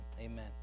Amen